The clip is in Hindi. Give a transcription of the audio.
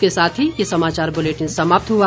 इसी के साथ ये समाचार बुलेटिन समाप्त हुआ